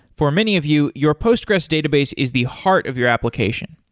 for many of you, your postgres database is the heart of your application.